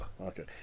Okay